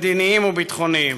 מדיניים וביטחוניים.